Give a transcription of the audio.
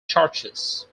churches